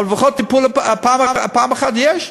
אבל בכל זאת טיפול פעם אחת יש,